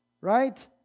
Right